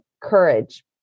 courage